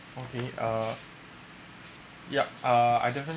okay err yup uh I definitely